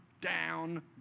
down